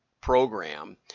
program